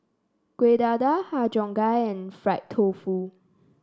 Kueh Dadar Har Cheong Gai and Fried Tofu